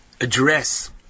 address